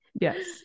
Yes